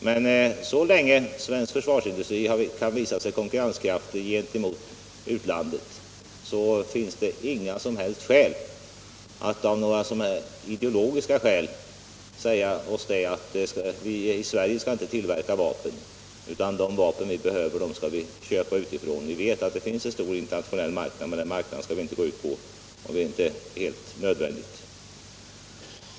Men så länge svensk försvarsindustri kan visa sig konkurrenskraftig gentemot utlandet finns det ingen som helst anledning att på ideologiska grunder inte tillverka vapen i Sverige. Vi vet att det finns en stor internationell marknad, men den marknaden skall vi inte gå ut på om det inte är nödvändigt.